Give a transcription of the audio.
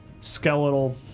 skeletal